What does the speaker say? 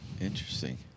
Interesting